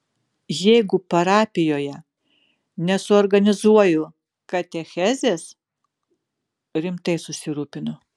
jeigu parapijoje nesuorganizuoju katechezės rimtai susirūpinu